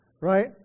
right